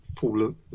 fallen